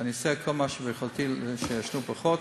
ואני אעשה כל מה שביכולתי כדי שיעשנו פחות,